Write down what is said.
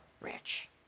rich